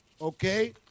Okay